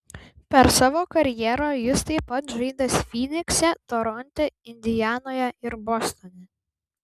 per savo karjerą jis taip pat žaidęs fynikse toronte indianoje ir bostone